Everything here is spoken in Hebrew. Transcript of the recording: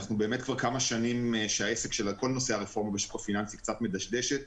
שכבר כמה שנים כל נושא הרפורמה בשוק הפיננסי קצת מדשדש,